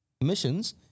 missions